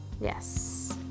Yes